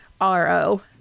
R-O